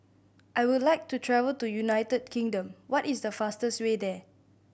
I would like to travel to United Kingdom what is the fastest way there